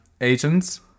agents